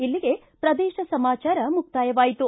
ಇಲ್ಲಿಗೆ ಪ್ರದೇಶ ಸಮಾಚಾರ ಮುಕ್ತಾಯವಾಯಿತು